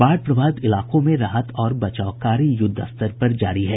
बाढ़ प्रभावित इलाकों में राहत और बचाव कार्य युद्धस्तर पर जारी है